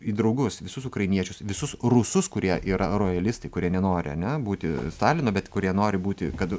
į draugus visus ukrainiečius visus rusus kurie yra rojalistai kurie nenori ane būti stalino bet kurie nori būti kad